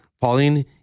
Pauline